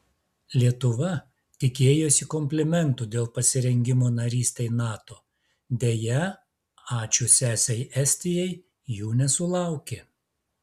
lietuva tikėjosi komplimentų dėl pasirengimo narystei nato deja ačiū sesei estijai jų nesulaukė